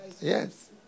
Yes